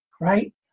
right